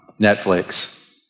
Netflix